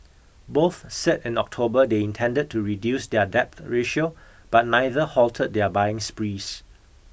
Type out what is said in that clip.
both said in October they intended to reduce their debt ratio but neither halted their buying sprees